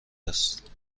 است